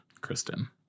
Kristen